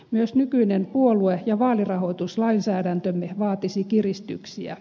myös nykyinen puolue ja vaalirahoituslainsäädäntömme vaatisi kiristyksiä